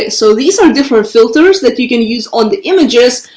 so these are different filters that you can use on the images.